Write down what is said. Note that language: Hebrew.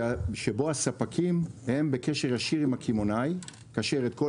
שבה הספקים הם בקשר ישיר עם הקמעונאי כאשר את כל